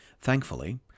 Thankfully